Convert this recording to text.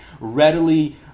readily